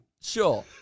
Sure